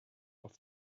aus